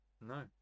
No